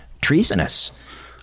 treasonous